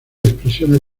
expresiones